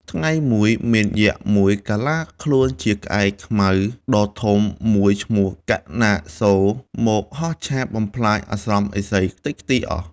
នៅថ្ងៃមួយ មានយក្សមួយកាឡាខ្លួនជាក្អែកខ្មៅដ៏ធំ មួយឈ្មោះកាកនាសូរ មកហោះឆាបបំផ្លាញអាស្រមរបស់ឥសីខ្ទេចខ្ទីអស់។